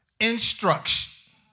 instruction